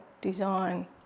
design